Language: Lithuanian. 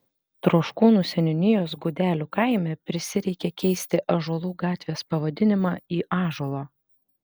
troškūnų seniūnijos gudelių kaime prisireikė keisti ąžuolų gatvės pavadinimą į ąžuolo